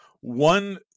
one